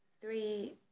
three